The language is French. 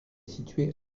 situé